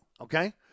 okay